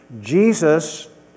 Jesus